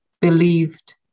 believed